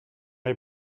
les